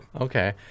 Okay